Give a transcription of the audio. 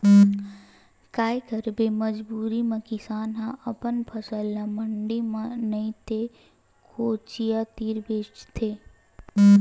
काये करबे मजबूरी म किसान ह अपन फसल ल मंडी म नइ ते कोचिया तीर बेचथे